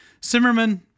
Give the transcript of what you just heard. Simmerman